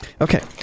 Okay